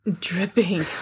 Dripping